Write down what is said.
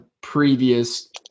previous